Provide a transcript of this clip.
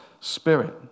Spirit